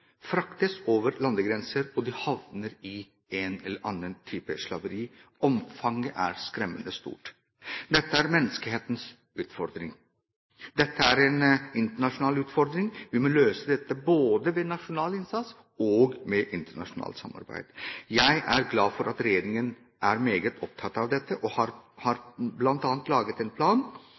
fraktes over landegrenser og havner i en eller annen type slaveri. Omfanget er skremmende stort. Dette er menneskehetens utfordring, dette er en internasjonal utfordring. Vi må løse dette både med nasjonal innsats og med internasjonalt samarbeid. Jeg er glad for at regjeringen er meget opptatt av dette og bl.a. har lagt en